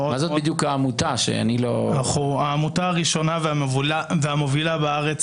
אנחנו העמותה הראשונה והמובילה בארץ